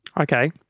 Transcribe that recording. Okay